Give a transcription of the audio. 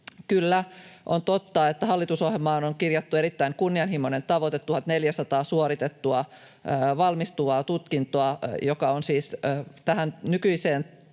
Kyllä, on totta, että hallitusohjelmaan on kirjattu erittäin kunnianhimoinen tavoite, 1 400 suoritettua valmistuvaa tutkintoa, mikä on siis tähän nykyiseen